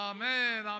Amen